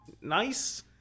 nice